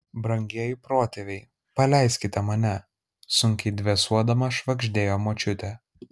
brangieji protėviai paleiskite mane sunkiai dvėsuodama švagždėjo močiutė